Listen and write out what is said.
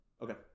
Okay